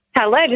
Hello